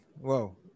Whoa